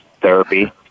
therapy